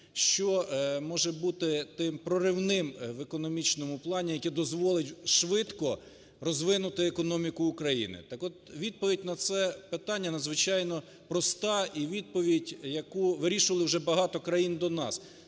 що може бути тим проривним в економічному плані, яке дозволить швидко розвинути економіку України? Так от, відповідь на це питання надзвичайно проста і відповідь, яку вирішували вже багато країн до нас.